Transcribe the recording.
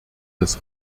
des